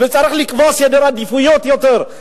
וצריך לקבוע סדר עדיפויות יותר,